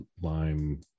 lime